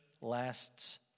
lasts